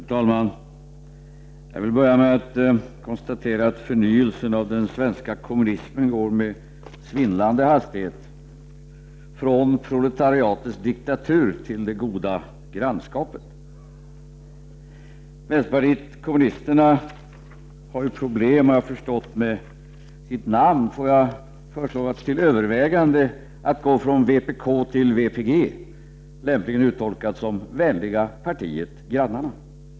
Herr talman! Jag vill börja med att konstatera att förnyelsen av den svenska kommunismen går med svindlande hastighet från proletariatets diktatur till det goda grannskapet. Vänsterpartiet kommunisterna har såvitt jag förstått problem med sitt namn. Får jag föreslå till övervägande att man övergår från vpk till vpg, lämpligen uttolkat som ”vänliga partiet grannarna”?